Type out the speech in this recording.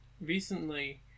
Recently